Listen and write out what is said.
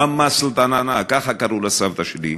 מאמא סולטנה, ככה קראו לסבתא שלי,